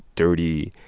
dirty,